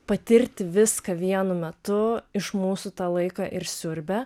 patirti viską vienu metu iš mūsų tą laiką ir siurbia